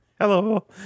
Hello